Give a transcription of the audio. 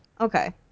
Okay